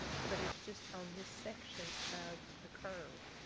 but it's just on this section of the curve.